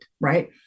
right